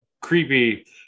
creepy